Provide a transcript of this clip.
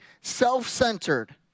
self-centered